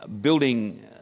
building